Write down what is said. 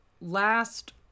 last